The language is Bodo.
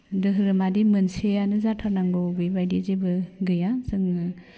दोहोरोमादि मोनसेयानो जाथारनांगौ बे बायदि जेबो गैया जोङो